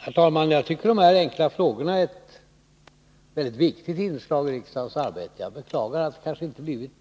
Herr talman! Jag tycker att frågorna är viktiga inslag i riksdagens arbete, och jag beklagar att detta frågeinstitut inte har blivit